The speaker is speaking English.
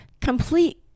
complete